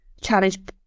challenge